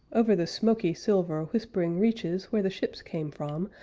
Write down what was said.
over the smoky-silver, whispering reaches, where the ships came from,